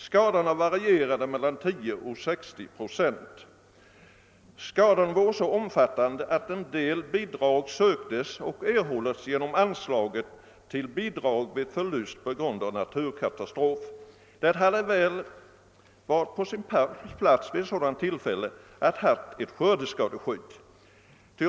Skadorna varierade mellan 10 och 60 procent och var så omfattande att en del bidrag söktes och erhölls genom anslaget till bidrag vid förlust på grund av naturkatastrof. Vid ett sådant tillfälle hade det väl varit på sin plats att fruktodlingen hade åtnjutit skördeskadeskydd.